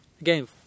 again